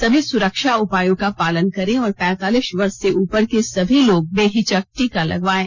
सभी सुरक्षा उपायों का पालन करें और पैंतालीस वर्ष से उपर के सभी लोग बेहिचक टीका लगवायें